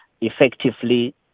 effectively